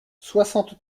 soixante